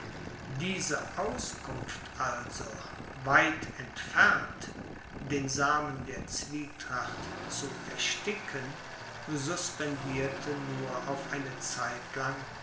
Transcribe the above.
diese auskunft also weit entfernt den samen der zwietracht zu ersticken suspendierte nur auf eine zeit